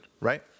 right